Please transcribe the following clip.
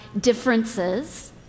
differences